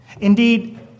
Indeed